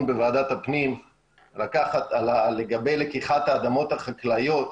בוועדת הפנים לגבי לקיחת האדמות החקלאיות,